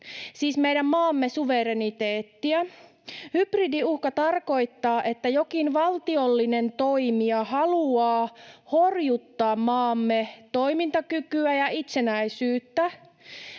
siis meidän maamme suvereniteettia. Hybridiuhka tarkoittaa, että jokin valtiollinen toimija haluaa horjuttaa maamme toimintakykyä ja itsenäisyyttä.